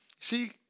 See